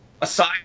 Aside